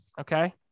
Okay